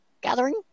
gathering